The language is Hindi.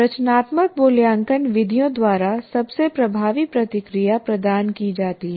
रचनात्मक मूल्यांकन विधियों द्वारा सबसे प्रभावी प्रतिक्रिया प्रदान की जाती है